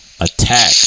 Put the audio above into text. attack